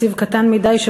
תקציב קטן מדי,